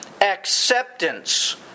acceptance